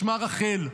שמה רחל,